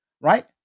right